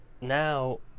now